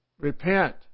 repent